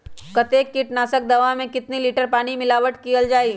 कतेक किटनाशक दवा मे कितनी लिटर पानी मिलावट किअल जाई?